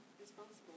Responsible